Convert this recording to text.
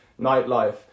nightlife